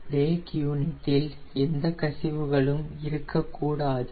break யூனிடில் எந்த கசிவுகளும் இருக்க கூடாது